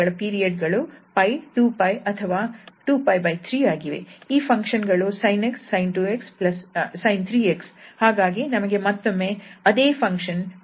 ಈ ಫಂಕ್ಷನ್ ಗಳು sin 𝑥 sin 2𝑥 sin 3𝑥 ಹಾಗಾಗಿ ನಮಗೆ ಮತ್ತೊಮ್ಮೆ ಅದೇ ಫಂಕ್ಷನ್ 𝑓𝑥 ಸಿಗುತ್ತದೆ